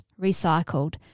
recycled –